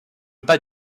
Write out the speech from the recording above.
pas